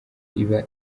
iba